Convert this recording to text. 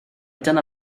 dyna